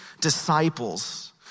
disciples